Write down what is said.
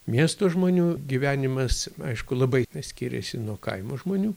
miesto žmonių gyvenimas aišku labai skiriasi nuo kaimo žmonių